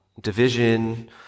division